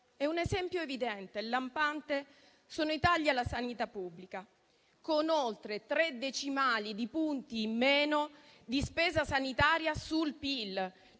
Un esempio evidente e lampante sono i tagli alla sanità pubblica, con oltre tre decimali di punti in meno di spesa sanitaria sul PIL,